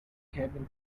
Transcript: cabin